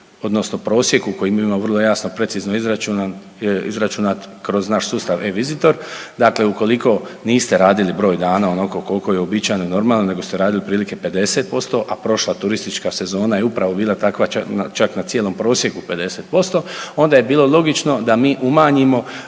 odnosno prosjeku koji mi imamo vrlo jasno, precizno izračunan, izračunan kroz nas sustav e-vizitor, dakle ukoliko niste radili broj dana onoliko koliko je uobičajeno i normalno nego ste radili otprilike 50%, a prošla turistička sezona je bila upravo takva čak na cijelom prosjeku 50% onda je bilo logično da mi umanjimo